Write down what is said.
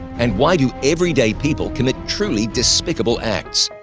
and why do everyday people commit truly despicable acts?